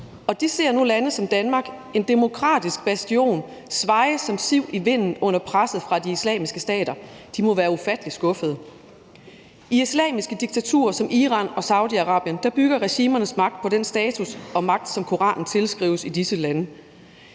de ser nu lande som Danmark, en demokratisk bastion, svaje som siv i vinden under presset fra de islamiske stater. De må være ufattelig skuffede. I islamiske diktaturer som Iran og Saudi-Arabien bygger regimernes magt på den status og magt, som Koranen tilskrives i disse lande.